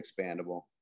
expandable